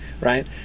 right